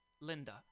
Linda